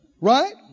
Right